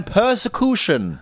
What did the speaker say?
persecution